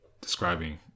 describing